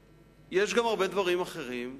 יש גם הרבה דברים אחרים,